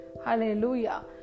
Hallelujah